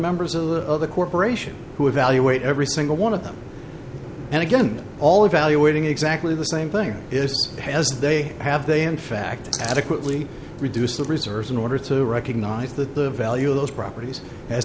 members of the corporation who evaluate every single one of them and again all evaluating exactly the same thing is has they have they in fact adequately reduce the reserves in order to recognize that the value of those properties as